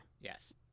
Yes